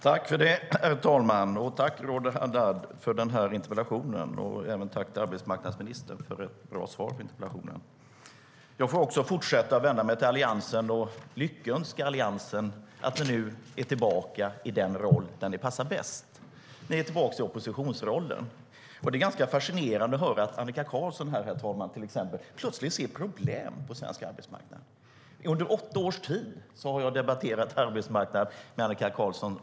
Herr talman! Tack, Roger Haddad, för interpellationen! Och tack, arbetsmarknadsministern, för ett bra svar på interpellationen! Jag får också vända mig till Alliansen och lyckönska Alliansen till att ni nu är tillbaka i den roll där ni passar bäst. Ni är tillbaka i oppositionsrollen. Det är ganska fascinerande att höra, herr talman, att Annika Qarlsson, till exempel plötsligt ser problem på svensk arbetsmarknad. Under åtta års tid har jag debatterat arbetsmarknad med Annika Qarlsson.